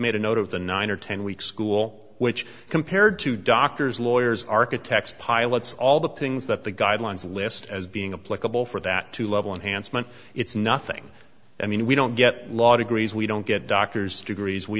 made a note of the nine or ten weeks school which compared to doctors lawyers architects pilots all the things that the guidelines list as being a plausible for that to level enhanced meant it's nothing i mean we don't get law degrees we don't get doctors degrees we